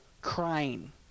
crying